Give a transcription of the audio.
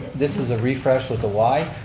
this is a refresh with the y.